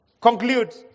conclude